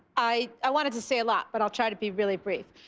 i i wanted to say a lot, but i'll try to be really brief.